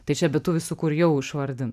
tai čia be tų visų kur jau išvardinai